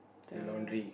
the